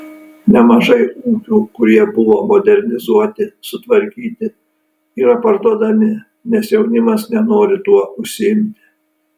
nemažai ūkių kurie buvo modernizuoti sutvarkyti yra parduodami nes jaunimas nenori tuo užsiimti